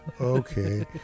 Okay